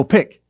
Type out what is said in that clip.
Pick